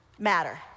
matter